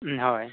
ᱦᱳᱭ